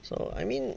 so I mean